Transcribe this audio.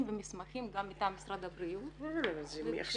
ומסמכים גם מטעם משרד הבריאות -- תגידי,